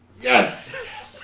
Yes